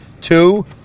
Two